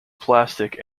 plastic